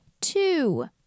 two